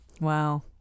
wow